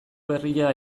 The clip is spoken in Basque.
berria